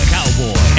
Cowboy